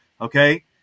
Okay